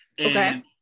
Okay